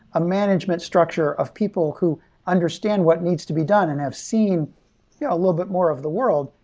a management structure of people who understand what needs to be done and have seen yeah a little bit more of the world,